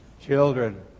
Children